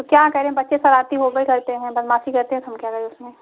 तो क्या करें बच्चे सरारती होबै करते हैं बदमाशी करते हैं तो हम क्या करें इसमें